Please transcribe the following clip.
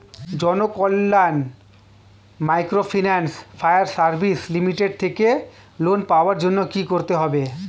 Janakalyan microfinance fire service limited থেকে loan পাওয়ার জন্য কি করতে হবে?